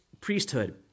priesthood